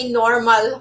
normal